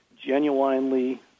genuinely